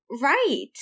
right